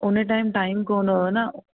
हुन time time कोन हुओ न